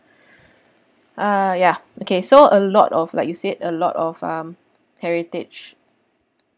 ah ya okay so a lot of like you said a lot of um heritage